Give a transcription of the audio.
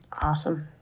Awesome